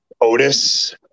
Otis